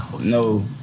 No